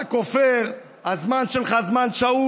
אתה כופר, הזמן שלך הוא זמן שאול,